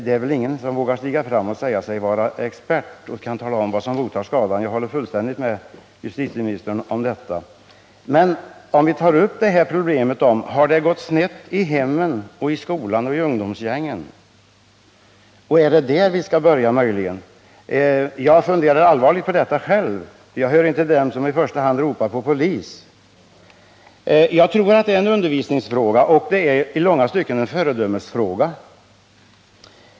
Ingen vågar naturligtvis stiga fram och säga sig vara expert på det här området och tala om hur man skall lösa problemen — jag håller fullständigt med justitieministern om detta —- men möjligen skall vi börja med att ställa oss frågan om det har gått snett i hemmen, i skolan och i ungdomsgängen. Jag funderar själv allvarligt på detta, och jag hör inte till dem som i första hand ropar på polis. Jag tror att detta är en undervisningsfråga och i långa stycken en föredömesfråga.